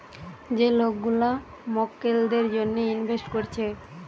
যে লোক গুলা মক্কেলদের জন্যে ইনভেস্ট কোরছে